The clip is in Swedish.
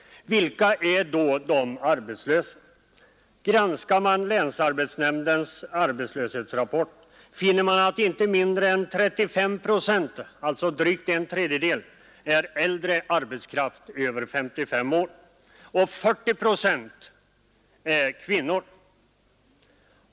Vilka är det då som är arbetslösa? Om man granskar länsarbetsnämndens arbetslöshetsrapport finner man att inte mindre än 35 procent, alltså drygt en tredjedel, är äldre arbetskraft — över 55 år — och 40 procent är kvinnor.